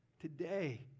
today